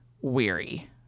weary